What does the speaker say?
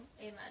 Amen